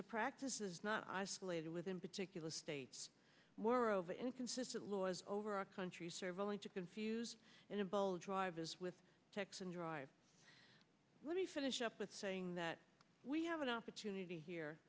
a practice is not isolated within particular states were over inconsistent laws over our country serve only to confuse in a bowl of drivers with texan drive let me finish up with saying that we have an opportunity here